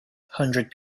hundred